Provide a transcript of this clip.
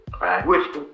Right